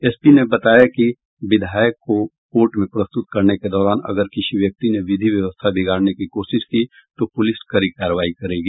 SP ने बताया कि विधायक को कोर्ट में प्रस्तुत करने के दौरान अगर किसी व्यक्ति ने विधि व्यवस्था विगाड़ने की कोशिश की तो पुलिस कड़ी कार्रवाई करेगी